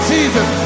Jesus